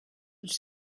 which